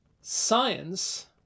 science